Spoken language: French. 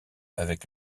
avec